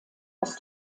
aus